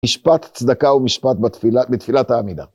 משפט צדקה ומשפט בתפילת העמידה.